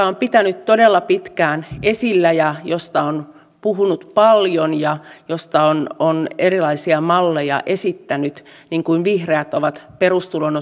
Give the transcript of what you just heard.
on pitänyt todella pitkään esillä ja joista on puhunut paljon ja joista on erilaisia malleja esittänyt niin kuin vihreät ovat perustulon